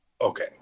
okay